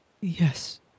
Yes